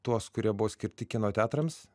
tuos kurie buvo skirti kino teatrams